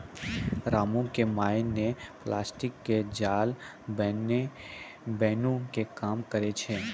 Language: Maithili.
रामू के माय नॅ प्लास्टिक के जाल बूनै के काम करै छै